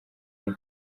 umwe